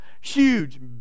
huge